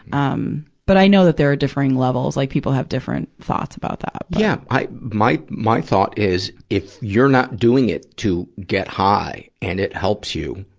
um but i know that there are differing levels. like, people have different thoughts about that. yeah. i, my, my thought is, if you're not doing it to get high, and it helps you,